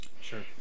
Sure